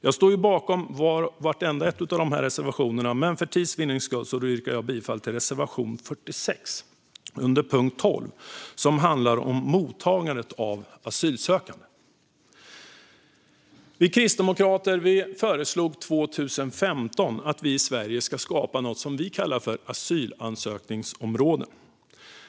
Jag står bakom alla dessa reservationer, men för tids vinning yrkar jag bifall endast till reservation 46 under punkt 12, som handlar om mottagandet av asylsökande. Vi kristdemokrater föreslog 2015 att Sverige skulle skapa något som vi kallar asylansökningsområden.